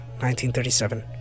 1937